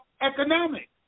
economic